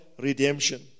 redemption